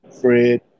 Fred